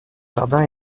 jardin